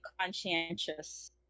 conscientious